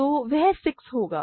तो वह 6 होगा